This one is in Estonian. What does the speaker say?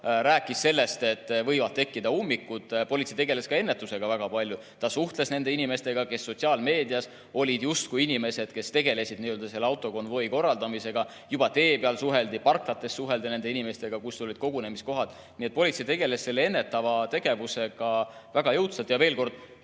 rääkis sellest, et võivad tekkida ummikud. Politsei tegeles ka ennetusega väga palju. Ta suhtles nende inimestega, kes sotsiaalmeedias olid justkui need inimesed, kes tegelesid selle autokonvoi korraldamisega. Juba tee peal suheldi nende inimestega, samuti parklates, kus olid kogunemiskohad. Nii et politsei tegeles ennetava tegevusega väga jõudsalt. Ja veel kord,